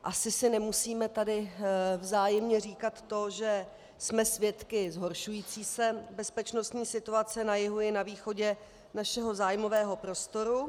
Asi si nemusíme tady vzájemně říkat to, že jsme svědky zhoršující se bezpečnostní situace na jihu i na východě našeho zájmového prostoru.